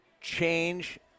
change